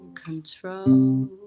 control